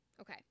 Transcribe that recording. okay